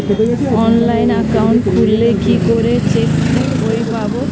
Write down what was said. Online account খুললে কি করে চেক বই পাব?